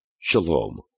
Shalom